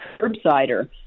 curbsider